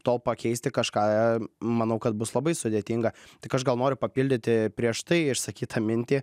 to pakeisti kažką manau kad bus labai sudėtinga tik aš gal noriu papildyti prieš tai išsakytą mintį